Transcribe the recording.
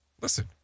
Listen